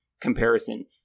comparison